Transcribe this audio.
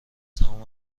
سهام